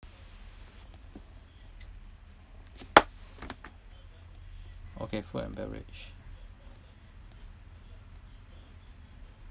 okay food and beverage